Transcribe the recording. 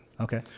Okay